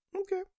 Okay